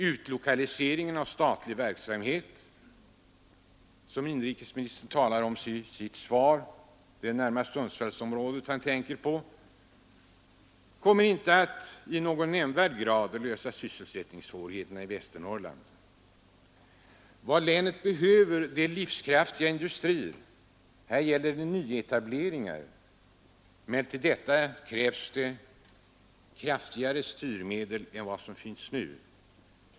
Utlokaliseringen av statlig verksamhet, som inrikesministern talade om i sitt svar — det är närmast Sundsvallsområdet han tänker på — kommer inte att i någon nämnvärd grad lösa sysselsättningsproblemen i Västernorrland. Vad länet behöver är livskraftiga industrier. Här gäller det nyetableringar, men till detta krävs det kraftigare styrmedel än vad som finns nu.